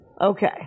Okay